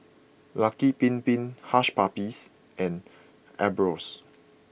Lucky Bin Bin Hush Puppies and Ambros